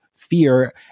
fear